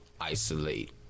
isolate